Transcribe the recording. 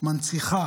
מנציחה